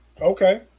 Okay